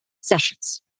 sessions